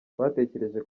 twatekereje